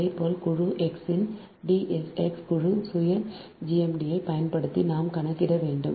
இதேபோல குழு x இன் D s x குழு சுய gmd ஐ பயன்படுத்தி நாம் கணக்கிட வேண்டும்